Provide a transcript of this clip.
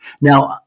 Now